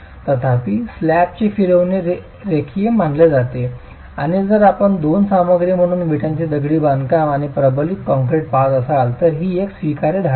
तथापि स्लॅबचे फिरविणे रेखीय मानले जाते आणि जर आपण 2 सामग्री म्हणून विटांचे दगडी बांधकाम आणि प्रबलित कंक्रीट पहात असाल तर ही एक स्वीकार्य धारणा आहे